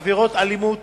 עבירות אלימות